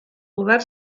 govern